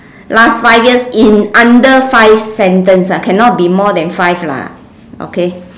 last five years in under five sentence ah cannot be more than five lah okay